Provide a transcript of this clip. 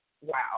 Wow